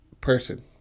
person